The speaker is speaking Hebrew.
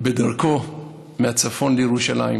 בדרכו מהצפון לירושלים